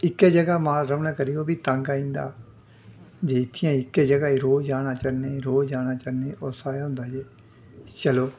इक्कै ज'गा माल रौह्ने करी ओह् बी तंग आई जंदा जे इत्थै गै इक्कै ज'गा रोज जाना चरने गी रोज जाना चरने गी उस दा एह् होंदा जे चलो